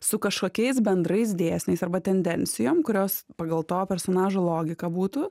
su kažkokiais bendrais dėsniais arba tendencijom kurios pagal to personažo logiką būtų